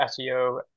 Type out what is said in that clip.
SEO